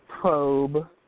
Probe